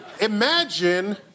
imagine